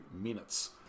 minutes